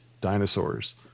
dinosaurs